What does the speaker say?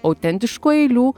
autentiškų eilių